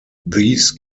these